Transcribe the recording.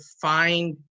find